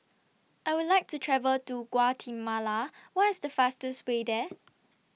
I Would like to travel to Guatemala What IS The fastest Way There